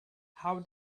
how